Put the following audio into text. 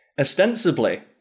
ostensibly